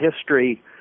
history